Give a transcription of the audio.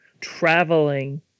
traveling